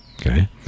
okay